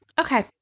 okay